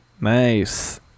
nice